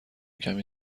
کمی